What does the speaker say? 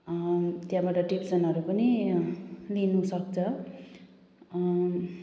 त्यहाँबाट ट्युसनहरू पनि लिनुसक्छ